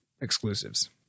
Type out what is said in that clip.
exclusives